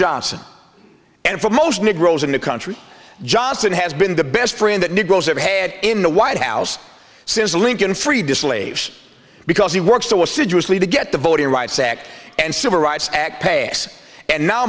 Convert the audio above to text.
johnson and for most negroes in the country johnson has been the best friend that negroes ever had in the white house since lincoln freed the slaves because he works so assiduously to get the voting rights act and civil rights act passed and now